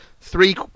three